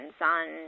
on